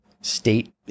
state